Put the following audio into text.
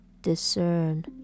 discern